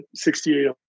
68